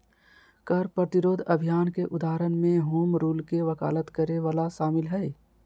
कर प्रतिरोध अभियान के उदाहरण में होम रूल के वकालत करे वला शामिल हइ